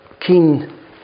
keen